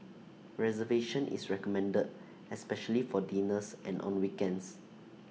reservation is recommended especially for dinners and on weekends